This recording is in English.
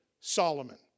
Solomon